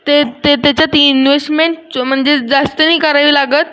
ते ते त्याच्यात इन्वेसमेंट च म्हणजे जास्त नाही करावी लागत